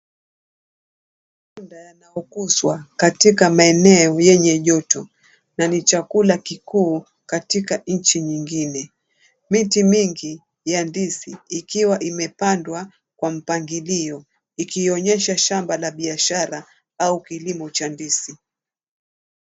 Matunda yanayokuzwa katika maeneo yenye joto na ni chakula kikuu katika nchi nyingine. Miti mingi ya ndizi zikiwa zimepandwa kwa mpangilio kuonyesha shamba la biashara au kilimo cha ndizi.